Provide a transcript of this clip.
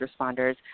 responders